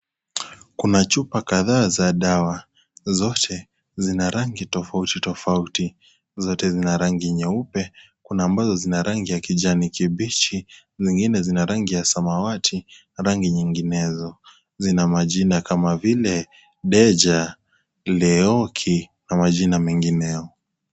Kuna chupa kadhaa za dawa zote zina rangi tofauti tofauti zote zina rangi nyeupe na kuna ambazo niza rangi ya kijani kibichi zingine zina rangi ya samawati na rangi nyinginezo zina majina kama vile Deja Leoki na majina mengineo.